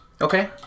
Okay